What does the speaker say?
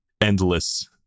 endless